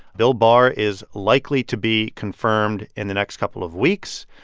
bill barr is likely to be confirmed in the next couple of weeks.